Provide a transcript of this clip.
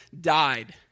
died